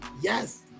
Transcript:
yes